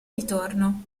ritorno